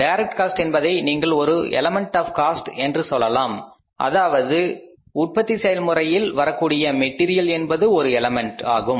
direct cost என்பதை நீங்கள் ஒரு எலமெண்ட் காஸ்ட் என்று சொல்லலாம் அதாவது உற்பத்தி செயல்முறையில் வரக்கூடிய மெட்டீரியல் என்பது ஒரு எலமெண்ட் ஆகும்